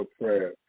prayer